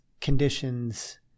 conditions